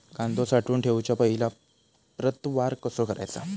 कांदो साठवून ठेवुच्या पहिला प्रतवार कसो करायचा?